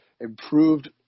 improved